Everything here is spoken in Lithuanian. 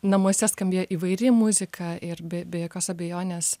namuose skambėjo įvairi muzika ir be be jokios abejonės